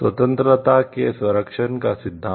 स्वतंत्रता के संरक्षण का सिद्धांत